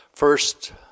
First